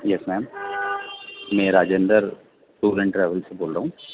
یس ma'am میں Rajendra tour and travel سے بول رہا ہوں